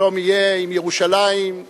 שלום יהיה עם ירושלים.